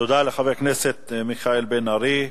תודה לחבר הכנסת מיכאל בן-ארי.